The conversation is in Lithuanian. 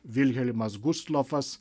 vilhelmas gustlofas